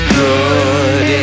good